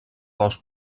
dos